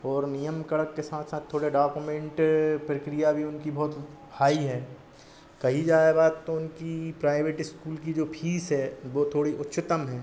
और नियम कड़क के साथ साथ थोड़े डाकुमेन्ट प्रक्रिया भी उनकी बहुत हाई है कही जाए बात तो उनकी प्राइवेट इस्कूल की जो फीस है वह थोड़ी उच्चतम है